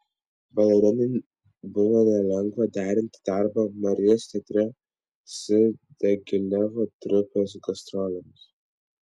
balerinai buvo nelengva derinti darbą marijos teatre su diagilevo trupės gastrolėmis